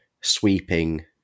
sweeping